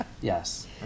yes